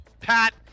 Pat